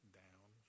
down